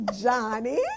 Johnny